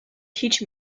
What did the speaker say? teach